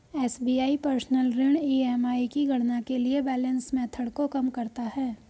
SBI personal ऋण EMI की गणना के लिए बैलेंस मेथड को कम करता है